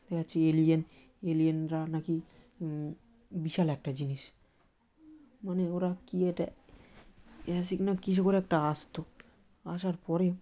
দেখা যাচ্ছে এলিয়েন এলিয়েনরা নাকি বিশাল একটা জিনিস মানে ওরা কী একটা কিছু করে একটা আসত আসার পরে